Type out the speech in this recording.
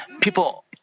People